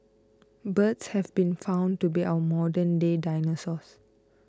birds have been found to be our modern day dinosaurs